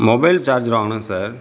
mobile charger வாங்கினேன் sir